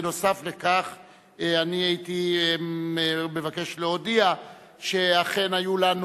נוסף על כך אני הייתי מבקש להודיע שאכן היו לנו